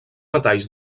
metalls